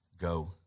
go